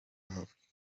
love